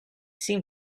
seem